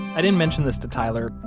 i didn't mention this to tyler,